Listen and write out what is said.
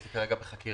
זה כרגע בחקירה.